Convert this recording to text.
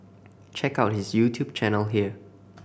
check out his YouTube channel here